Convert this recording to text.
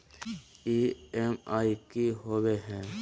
EMI की होवे है?